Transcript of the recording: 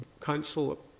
council